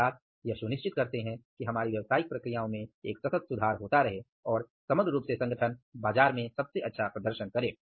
अर्थात यह सुनिश्चित करते हैं कि हमारी व्यावसायिक प्रक्रियाओं में एक सतत सुधार होता रहे और समग्र रूप से संगठन बाजार में सबसे अच्छा प्रदर्शन करे